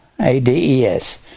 A-D-E-S